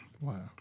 Wow